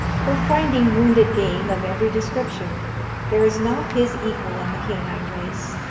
for finding wounded game of every description there is not his equal in the canine race,